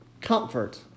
Comfort